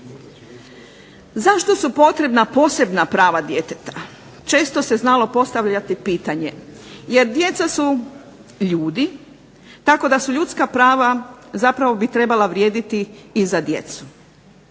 Zašto su potrebna posebna prava djeteta, često se znalo postavljati pitanje, jer djeca su ljudi tako da ljudska prava zapravo bi trebala vrijediti i za djecu.